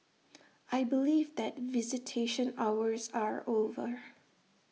I believe that visitation hours are over